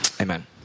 Amen